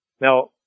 Now